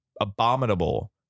Abominable